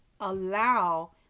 allow